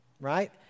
right